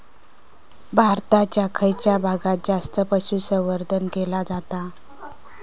भारताच्या खयच्या भागात जास्त पशुसंवर्धन केला जाता?